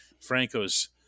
Franco's